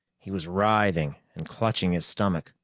he was writhing and clutching his stomach,